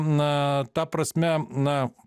na ta prasme na